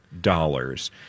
dollars